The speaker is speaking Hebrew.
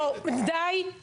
די.